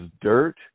dirt